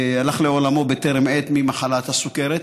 הלך לעולמו בטרם עת ממחלת הסוכרת.